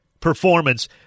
performance